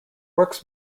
works